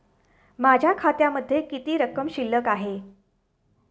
माझ्या खात्यामध्ये किती रक्कम शिल्लक आहे?